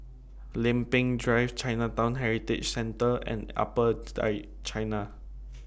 Lempeng Drive Chinatown Heritage Centre and Upper Changi